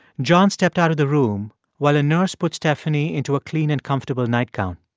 john stepped out of the room while a nurse put stephanie into a clean and comfortable nightgown.